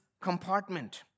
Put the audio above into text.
compartment